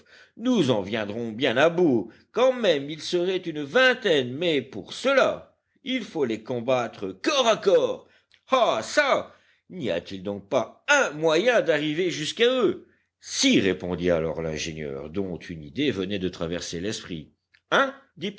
nous en viendrions bien à bout quand même ils seraient une vingtaine mais pour cela il faut les combattre corps à corps ah çà n'y a-t-il donc pas un moyen d'arriver jusqu'à eux si répondit alors l'ingénieur dont une idée venait de traverser l'esprit un